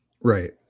right